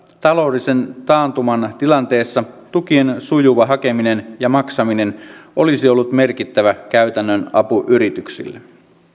taloudellisen taantuman tilanteessa tukien sujuva hakeminen ja maksaminen olisi ollut merkittävä käytännön apu yrityksille